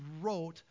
wrote